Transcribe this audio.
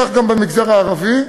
כך גם במגזר הערבי,